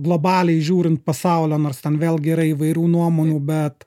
globaliai žiūrint pasaulio nors ten vėlgi yra įvairių nuomonių bet